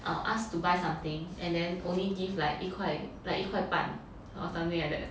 err ask to buy something and then only give like 一块 like 一块半 or something like that